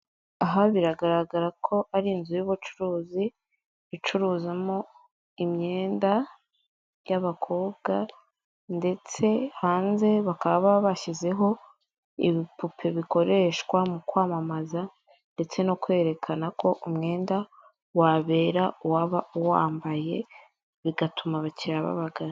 Aha biragaragara ko ari inzu y'ubucuruzi icuruzamo imyenda y'abakobwa ndetse hanze bakaba baba bashyizeho ibipupe bikoreshwa mu kwamamaza ndetse no kwerekana ko umwenda wabera uwaba uwambaye, bigatuma abakiriya babagana.